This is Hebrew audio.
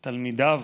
"תלמידיו,